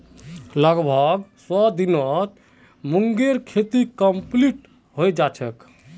लगभग सौ दिनत मूंगेर खेती कंप्लीट हैं जाछेक